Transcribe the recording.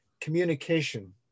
communication